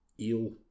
Eel